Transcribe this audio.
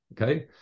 Okay